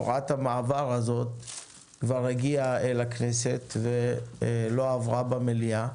הוראת המעבר הזאת כבר הגיעה אל הכנסת ולא עברה במליאה.